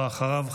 ואחריו,